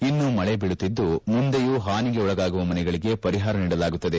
ಇನ್ನು ಮಳೆ ಬೀಳುತ್ತಿದ್ದು ಮುಂದೆಯೂ ಪಾನಿಗೆ ಒಳಗಾಗುವ ಮನೆಗಳಿಗೆ ಪರಿಪಾರ ನೀಡಲಾಗುತ್ತದೆ